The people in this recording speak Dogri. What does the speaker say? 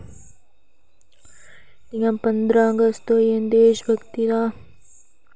जि'यां पंदरां अगस्त होई देश भगती दा